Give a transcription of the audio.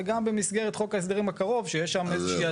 וגם במסגרת חוק ההסדרים הקרוב שיש שם איזו שהיא